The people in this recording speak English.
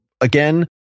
again